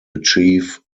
achieve